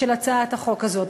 של הצעת החוק הזאת,